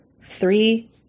three